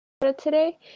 Today